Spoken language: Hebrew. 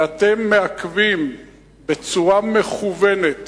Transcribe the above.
ואתם מעכבים בצורה מכוונת